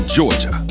Georgia